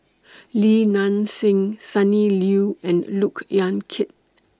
Li Nanxing Sonny Liew and Look Yan Kit